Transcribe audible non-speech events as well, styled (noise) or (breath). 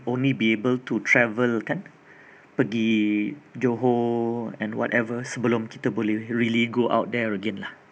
only be able to travel kan (breath) pergi johor and whatever sebelum kita boleh really go out there again lah